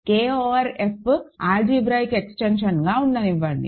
K over F algebraic ఎక్స్టెన్షన్గా ఉండనివ్వండి